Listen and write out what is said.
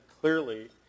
clearly